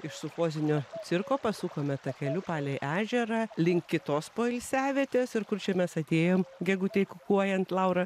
iš sufozinio cirko pasukome takeliu palei ežerą link kitos poilsiavietės ir kur čia mes atėjom gegutei kukuojant laura